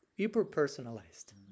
hyper-personalized